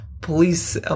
Please